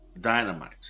Dynamite